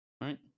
right